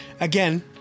Again